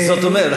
זאת אומרת,